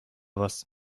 was